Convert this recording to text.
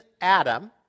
Adam